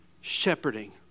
shepherding